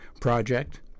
project